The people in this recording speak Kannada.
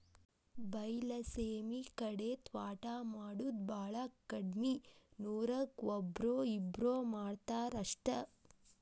ಬೈಲಸೇಮಿ ಕಡೆ ತ್ವಾಟಾ ಮಾಡುದ ಬಾಳ ಕಡ್ಮಿ ನೂರಕ್ಕ ಒಬ್ಬ್ರೋ ಇಬ್ಬ್ರೋ ಮಾಡತಾರ ಅಷ್ಟ